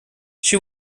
she